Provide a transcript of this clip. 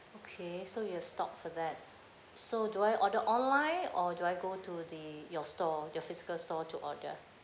okay so you have stock for that so do I order online or do I go to the your store your physical store to order